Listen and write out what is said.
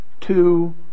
two